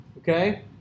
Okay